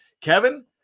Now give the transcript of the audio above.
Kevin